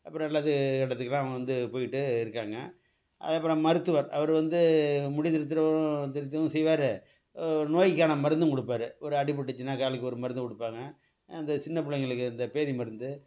அப்புறம் நல்லது கெட்டத்துக்குலாம் அவங்க வந்து போய்ட்டு இருக்காங்க அதுக்கப்புறம் மருத்துவர் அவர் வந்து முடி திருத்துறவரு திருத்தவும் செய்வார் நோய்க்கான மருந்தும் கொடுப்பாரு ஒரு அடிபட்டுருச்சுன்னா காலுக்கு ஒரு மருந்து கொடுப்பாங்க அந்த சின்ன பிள்ளைங்களுக்கு இந்த பேதி மருந்து